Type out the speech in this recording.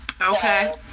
Okay